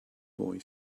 boy